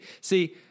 See